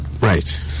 Right